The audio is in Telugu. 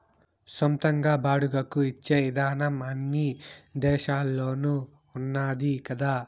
సొంతంగా బాడుగకు ఇచ్చే ఇదానం అన్ని దేశాల్లోనూ ఉన్నాది కదా